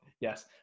yes